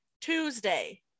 Tuesday